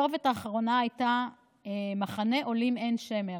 הכתובת האחרונה הייתה מחנה עולים עין שמר,